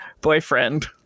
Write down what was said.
Boyfriend